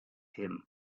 him